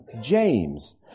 james